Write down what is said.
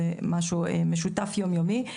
זה משהו משותף ויום יומי.